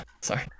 sorry